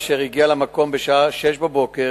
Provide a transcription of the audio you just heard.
אשר הגיע למקום בשעה 06:00,